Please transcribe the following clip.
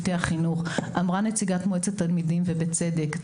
אמרה נציגת מועצת התלמידים ובצדק,